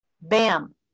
Bam